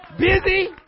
Busy